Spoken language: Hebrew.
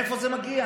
מאיפה זה מגיע?